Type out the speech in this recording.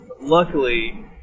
Luckily